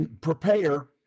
prepare